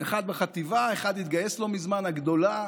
אחד בחטיבה, אחד התגייס לא מזמן, הגדולה